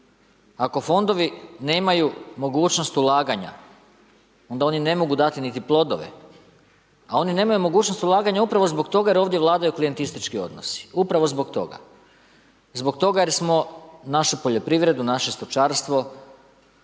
Ako fondovi nemaju mogućnost ulaganja onda oni ne mogu dati niti plodove. A oni nemaju mogućnost ulaganja upravo zbog toga jer ovdje vladaju klijentistički odnosi, upravo zbog toga. Zbog toga jer smo našu poljoprivredu, naše stočarstvo